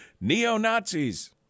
Neo-Nazis